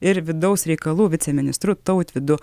ir vidaus reikalų viceministru tautvydu